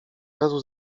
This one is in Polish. razu